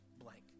blank